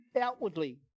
outwardly